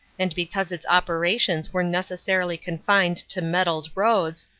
and because its operations were necessarily confined to metalled roads,